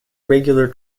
regular